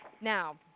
Now